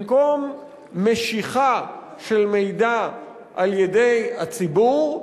במקום משיכה של מידע על-ידי הציבור,